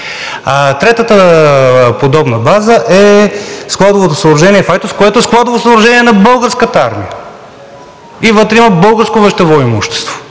Третата подобна база е складовото съоръжение в Айтос, което е складово съоръжение на Българската армия и вътре има българско вещево имущество.